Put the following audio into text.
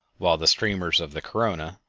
while the streamers of the corona,